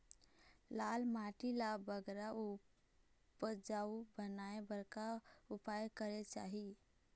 लाल माटी ला बगरा उपजाऊ बनाए बर का उपाय करेक चाही?